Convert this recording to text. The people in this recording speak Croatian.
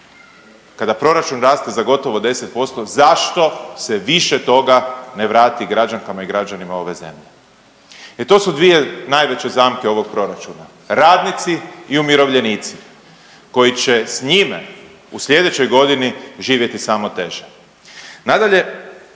kada proračun raste za gotovo 10%, zašto se više toga ne vrati građankama i građanima ove zemlje? Jer to su dvije najveće zamke ovog proračuna. Radnici i umirovljenici koji će s njime u sljedećoj godini živjeti samo teže.